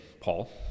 Paul